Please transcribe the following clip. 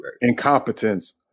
incompetence